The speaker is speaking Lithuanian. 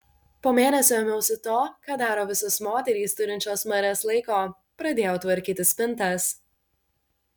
po mėnesio ėmiausi to ką daro visos moterys turinčios marias laiko pradėjau tvarkyti spintas